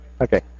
Okay